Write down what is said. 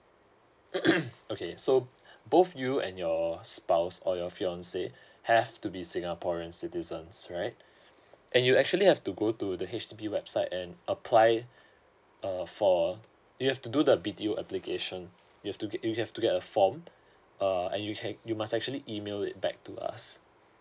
mm okay so both you and your spouse or your fiancee' have to be singaporeans citizens right and you actually have to go to the H_D_B website and apply uh for you have to do the b t o application you've to get you have to get a form uh and you can you must actually email it back to us